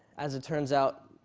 as it turns out,